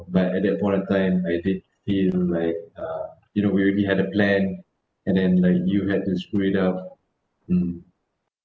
but at that point of time I treat him like uh you know we already had a plan and then like you had to quit up mm